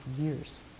years